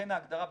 לכן ההגדרה BDS,